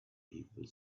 people